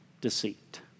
deceit